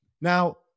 Now